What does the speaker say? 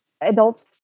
Adults